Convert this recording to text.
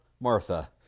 Martha